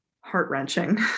heart-wrenching